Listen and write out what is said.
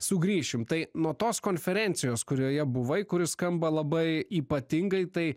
sugrįšim tai nuo tos konferencijos kurioje buvai kuri skamba labai ypatingai tai